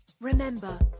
Remember